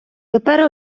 тепер